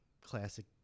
classic